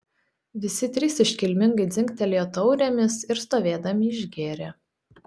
visi trys iškilmingai dzingtelėjo taurėmis ir stovėdami išgėrė